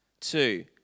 Two